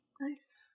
Nice